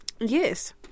Yes